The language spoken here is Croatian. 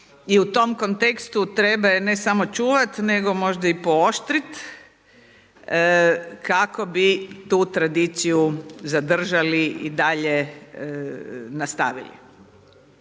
i u tom kontekstu treba ju ne samo čuvati, nego možda i pooštriti kako bi tu tradiciju zadržali i dalje nastavili.